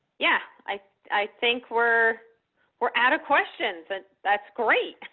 yeah, i i think we're we're out of questions but that's great.